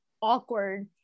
awkward